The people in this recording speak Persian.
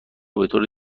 بطور